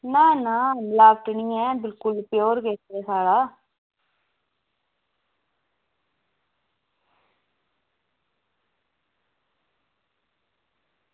ना ना मिलावट निं ऐ पूरा देसी प्योर ऐ साढ़ा